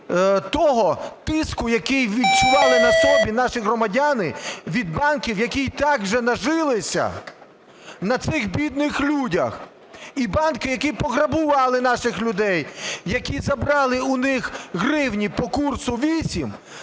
того тиску, який відчували на собі наші громадяни від банків, які і так вже нажилися на цих бідних людях і банки, які пограбували наших людей? Які забрали у них гривні по курсу 8,